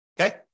okay